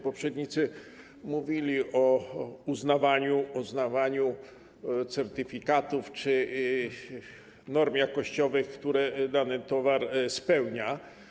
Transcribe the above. Poprzednicy mówili o uznawaniu certyfikatów czy norm jakościowych, które dany towar spełnia.